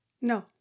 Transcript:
No